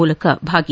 ಮೂಲಕ ಭಾಗಿ